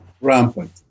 rampant